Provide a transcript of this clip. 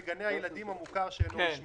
בגני הילדים במוכר שאינו רשמי.